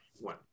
one